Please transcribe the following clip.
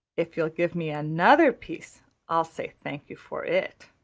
if you'll give me another piece i'll say thank you for it.